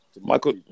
Michael